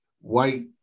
white